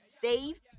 safe